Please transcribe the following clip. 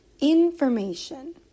Information